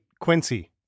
Quincy